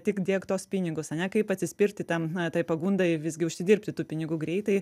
tik dėk tuos pinigus ane kaip atsispirti tam na tai pagundai visgi užsidirbti tų pinigų greitai